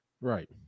Right